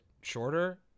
shorter